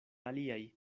aliaj